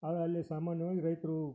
ಆಗ ಅಲ್ಲಿ ಸಾಮಾನ್ಯವಾಗಿ ರೈತರು